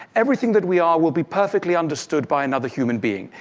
everything that we are, will be perfectly understood by another human being.